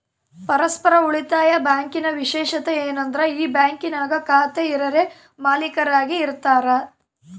ಪರಸ್ಪರ ಉಳಿತಾಯ ಬ್ಯಾಂಕಿನ ವಿಶೇಷತೆ ಏನಂದ್ರ ಈ ಬ್ಯಾಂಕಿನಾಗ ಖಾತೆ ಇರರೇ ಮಾಲೀಕರಾಗಿ ಇರತಾರ